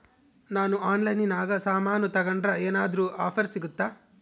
ನಾವು ಆನ್ಲೈನಿನಾಗ ಸಾಮಾನು ತಗಂಡ್ರ ಏನಾದ್ರೂ ಆಫರ್ ಸಿಗುತ್ತಾ?